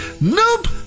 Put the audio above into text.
Nope